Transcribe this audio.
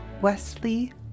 Wesley